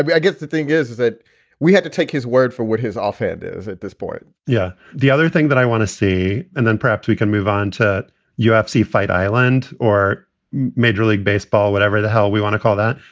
i guess the thing is is that we had to take his word for what his off and is at this point yeah. the other thing that i want to see and then perhaps we can move on to ufc, fight island or major league baseball, whatever the hell we want to call that.